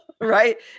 right